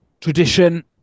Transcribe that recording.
tradition